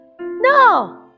no